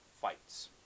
fights